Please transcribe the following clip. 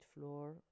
floor